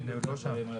אני עוד לא שם.